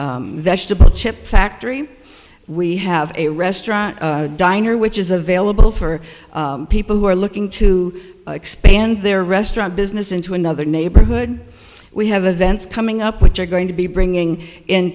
a vegetable chip factory we have a restaurant diner which is available for people who are looking to expand their restaurant business into another neighborhood we have a vents coming up which are going to be bringing in